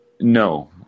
No